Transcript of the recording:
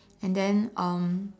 and then um